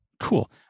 Cool